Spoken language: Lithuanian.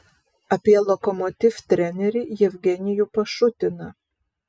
apie lokomotiv trenerį jevgenijų pašutiną